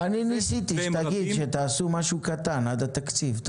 והם רבים --- אני ניסיתי שתגיד שתעשו משהו קטן עד התקציב.